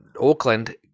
Auckland